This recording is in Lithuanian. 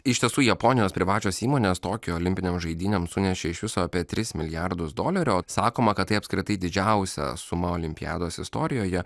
iš tiesų japonijos privačios įmonės tokijo olimpinėms žaidynėms sunešė iš viso apie tris milijardus dolerių sakoma kad tai apskritai didžiausia suma olimpiados istorijoje